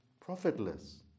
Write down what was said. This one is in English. profitless